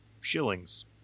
shillings